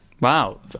wow